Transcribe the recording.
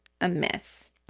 amiss